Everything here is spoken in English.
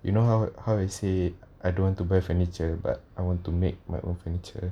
you know how how I say I don't want to buy furniture but I want to make my own furniture